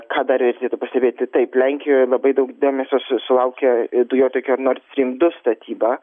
ką dar reikėtų pastebėti taip lenkijoje labai daug dėmesio su sulaukia dujotiekio nord strym du statyba